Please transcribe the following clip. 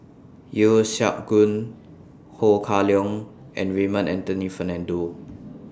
Yeo Siak Goon Ho Kah Leong and Raymond Anthony Fernando